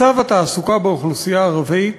מצב התעסוקה באוכלוסייה הערבית